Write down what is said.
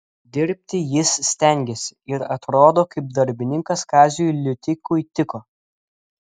dirbti jis stengėsi ir atrodo kaip darbininkas kaziui liutikui tiko